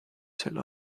selle